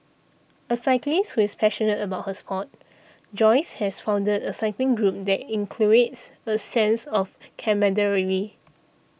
a cyclist who is passionate about her sport Joyce has founded a cycling group that inculcates a sense of camaraderie